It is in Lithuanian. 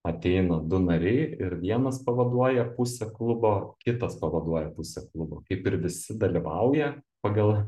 ateina du nariai ir vienas pavaduoja pusę klubo kitas pavaduoja pusę klubų kaip ir visi dalyvauja pagal